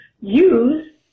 Use